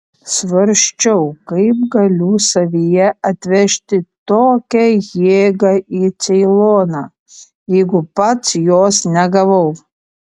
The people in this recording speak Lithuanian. svarsčiau kaip galiu savyje atvežti tokią jėgą į ceiloną jeigu pats jos negavau